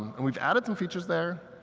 and we've added some features there.